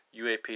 UAP